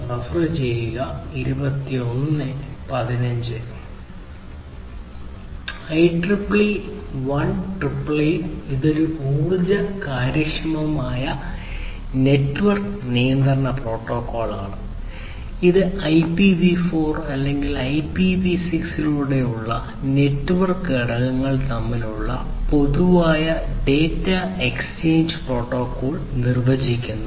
IEEE 1888 ഇത് ഒരു ഊർജ്ജ കാര്യക്ഷമമായ നെറ്റ്വർക്ക് നിയന്ത്രണ പ്രോട്ടോക്കോളാണ് ഇത് IPv4 അല്ലെങ്കിൽ IPv6 ലൂടെയുള്ള നെറ്റ്വർക്ക് ഘടകങ്ങൾ തമ്മിലുള്ള പൊതുവായ ഡാറ്റാ എക്സ്ചേഞ്ച് പ്രോട്ടോക്കോൾ നിർവ്വചിക്കുന്നു